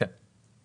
כן.